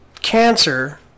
Cancer